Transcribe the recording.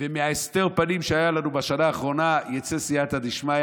ומהסתר פנים שהיה לנו בשנה האחרונה יצא סייעתא דשמיא,